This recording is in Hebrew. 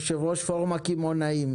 יושב ראש פורום הקמעונאים,